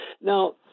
Now